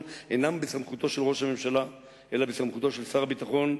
אינה בסמכותו של ראש הממשלה אלא בסמכותו של שר הביטחון.